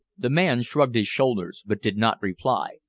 the man shrugged his shoulders, but did not reply.